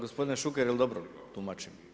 Gospodine Šuker, jel' dobro tumačim?